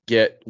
Get